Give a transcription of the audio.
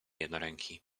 jednoręki